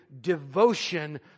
devotion